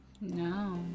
No